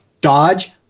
dodge